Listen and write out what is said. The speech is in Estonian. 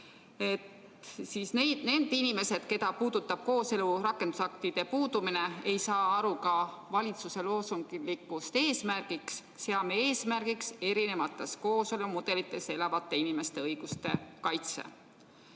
Samuti, need inimesed, keda puudutab kooseluseaduse rakendusaktide puudumine, ei saa aru valitsuse loosungist, et seame eesmärgiks erinevates kooselumudelites elavate inimeste õiguste kaitse.